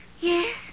Yes